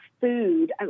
food